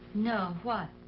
no. what?